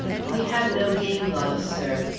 we have no game laws, sir.